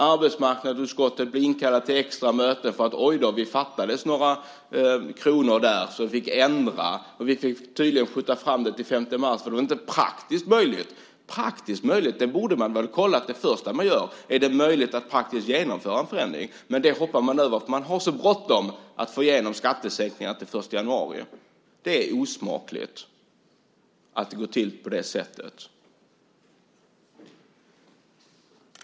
Arbetsmarknadsutskottet blev inkallat till ett extramöte för att man upptäckte att det fattades några kronor. Då fick man flytta fram det hela till den 5 mars för att det inte var praktiskt möjligt. Praktiskt möjligt! Om det är möjligt att genomföra en förändring i praktiken borde väl vara det första man kollar! Men det hoppade man över, för man hade så bråttom att få igenom skattesänkningen till den 1 januari. Det är osmakligt att det går till på det sättet.